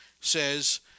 says